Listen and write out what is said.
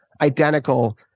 identical